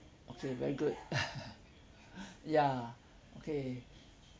okay very good ya okay